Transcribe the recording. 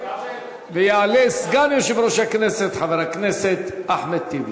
יעלה סגן יושב-ראש הכנסת חבר הכנסת אחמד טיבי.